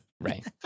Right